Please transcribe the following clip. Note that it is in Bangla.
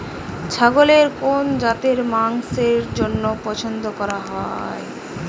ছাগলের কোন জাতের মাংসের জন্য পছন্দ করা হয়?